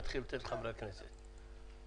נתחיל לתת לחברי הכנסת לדבר.